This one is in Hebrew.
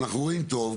אנחנו רואים טוב,